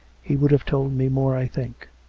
he would have told me more, i think.